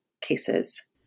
cases